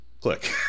Click